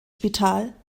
spital